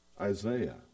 Isaiah